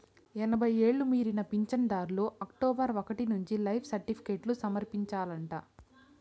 ఎనభై ఎండ్లు మీరిన పించనుదార్లు అక్టోబరు ఒకటి నుంచి లైఫ్ సర్టిఫికేట్లు సమర్పించాలంట